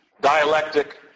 Dialectic